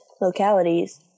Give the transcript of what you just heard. localities